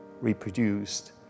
reproduced